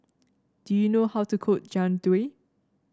do you know how to cook Jian Dui